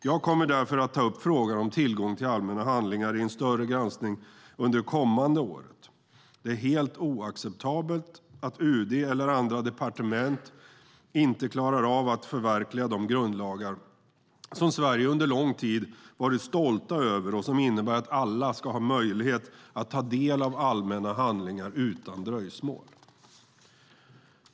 Jag kommer därför att ta upp frågan om tillgång till allmänna handlingar i en större granskning under det kommande året. Det är helt oacceptabelt att UD eller andra departement inte klarar av att förverkliga de grundlagar som Sverige under lång tid har varit stolt över och som innebär att alla ska ha möjlighet att ta del av allmänna handlingar utan dröjsmål.